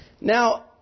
Now